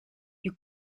you